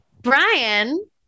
Brian